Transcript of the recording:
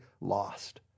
lost